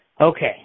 okay